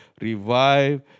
revive